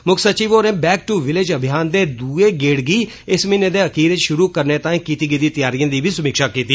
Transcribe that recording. मुक्ख सचिव होरें बैक टू विलेज अभियान दे दुए गेड़ गी इस म्हीने दी खीरै च षुरू करने ताई कीती गेदी तैआरिएं दी बी समीक्षा कीती